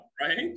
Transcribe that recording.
right